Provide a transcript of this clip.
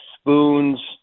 spoons